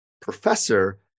professor